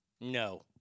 no